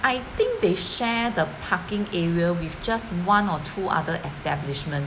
I think they share the parking area with just one or two other establishment